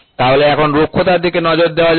তাহলে এখন রুক্ষতার দিকে নজর দেওয়া যাক